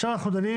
עכשיו אנחנו דנים